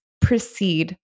proceed